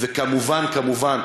וכמובן כמובן,